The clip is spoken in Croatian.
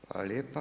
Hvala lijepa.